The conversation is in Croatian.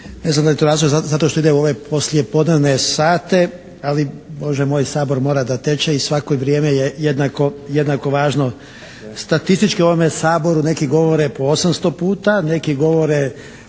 ne znam da li je to razlog zato što ide u ove poslijepodnevne sate, ali Bože moj Sabor mora da teče i svako vrijeme je jednako važno. Statistički u ovome Saboru neki govore po osamsto puta, neki govore